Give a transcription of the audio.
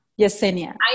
Yesenia